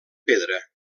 pedra